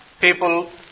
people